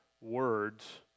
words